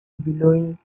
billowing